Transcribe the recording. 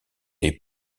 les